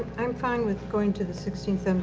i'm fine with going to the sixteenth, and